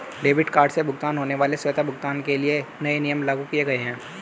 debit card से होने वाले स्वतः भुगतान के लिए नए नियम लागू किये गए है